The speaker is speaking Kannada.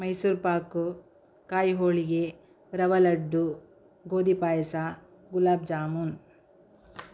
ಮೈಸೂರು ಪಾಕು ಕಾಯಿ ಹೋಳಿಗೆ ರವೆ ಲಡ್ಡು ಗೋಧಿ ಪಾಯಸ ಗುಲಾಬ್ ಜಾಮೂನ್